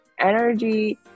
energy